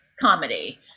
comedy